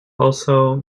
also